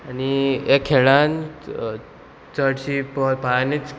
आनी हे खेळान चडशी पळोवपा आनीच